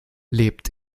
lebt